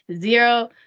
zero